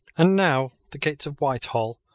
and now the gates of whitehall,